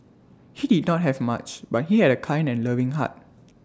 he did not have much but he had A kind and loving heart